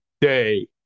day